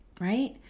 right